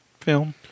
film